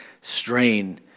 strain